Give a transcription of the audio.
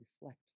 reflect